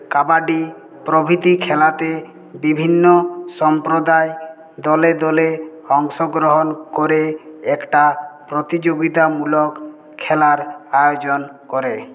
কাবাডি প্রভৃতি খেলাতে বিভিন্ন সম্প্রদায় দলে দলে অংশগ্রহণ করে একটা প্রতিযোগিতামূলক খেলার আয়োজন করে